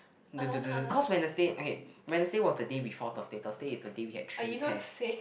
the the the cause Wednesday okay Wednesday was the day before Thursday Thursday is the day we had three tests